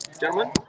Gentlemen